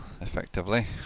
effectively